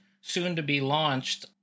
soon-to-be-launched